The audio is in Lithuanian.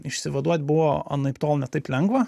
išsivaduot buvo anaiptol ne taip lengva